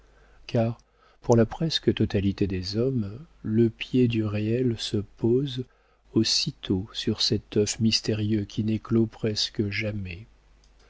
car pour la presque totalité des hommes le pied du réel se pose aussitôt sur cet œuf mystérieux qui n'éclôt presque jamais